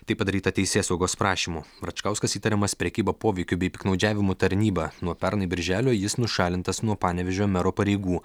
tai padaryta teisėsaugos prašymu račkauskas įtariamas prekyba poveikiu bei piktnaudžiavimu tarnyba nuo pernai birželio jis nušalintas nuo panevėžio mero pareigų